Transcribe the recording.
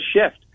shift